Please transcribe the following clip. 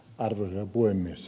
arvoisa puhemies